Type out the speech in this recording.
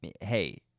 hey